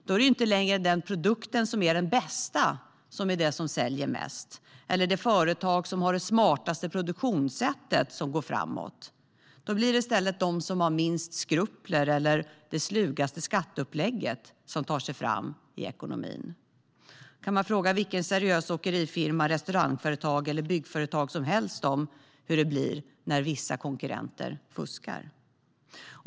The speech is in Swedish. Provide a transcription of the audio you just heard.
Då är det inte längre den produkt som är bäst som säljer mest eller det företag som har det smartaste produktionssättet som går framåt. Då blir det i stället de som har minst skrupler eller det slugaste skatteupplägget som tar sig fram i ekonomin. Man kan fråga vilket seriöst åkeriföretag, restaurangföretag eller byggföretag som helst hur det blir när vissa konkurrenter fuskar.